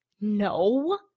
No